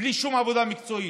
בלי שום עבודה מקצועית.